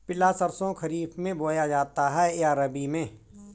पिला सरसो खरीफ में बोया जाता है या रबी में?